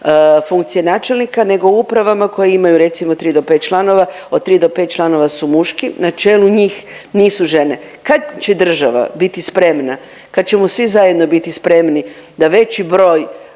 funkcije načelnika nego u upravama koje imaju recimo 3 do 5 članova, od 3 do 5 članova su muški, na čelu njih nisu žene. Kad će država biti spremna, kad ćemo svi zajedno biti spremni da veći broj